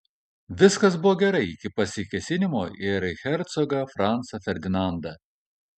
viskas buvo gerai iki pasikėsinimo į erchercogą francą ferdinandą